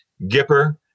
Gipper